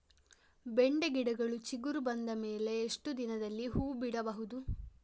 ಬೆಂಡೆ ಗಿಡಗಳು ಚಿಗುರು ಬಂದ ಮೇಲೆ ಎಷ್ಟು ದಿನದಲ್ಲಿ ಹೂ ಬಿಡಬಹುದು?